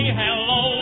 hello